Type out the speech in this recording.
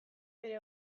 bere